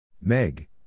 Meg